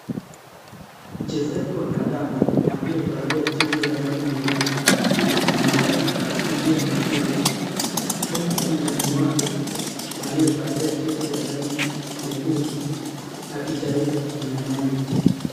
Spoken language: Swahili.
Mchezaji wa kandanda aliyevalia jezi ya rangi nyeupe anaonekana akikimbia na mpira huku mpinzani wake aliyevalia jezi ya rangi nyekundu akijaribu kumnyang'anya.